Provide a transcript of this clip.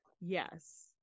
yes